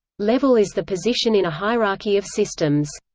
level is the position in a hierarchy of systems.